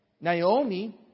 Naomi